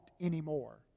anymore